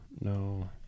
no